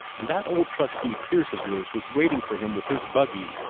and that old trustee pierce of yours was waiting for him with his buggy,